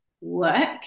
work